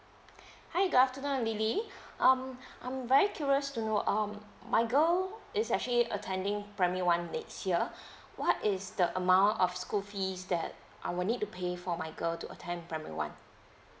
hi good afternoon lily um I'm very curious to know um my girl is actually attending primary one next year what is the amount of school fees that I will need to pay for my girl to attend primary one